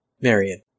Marion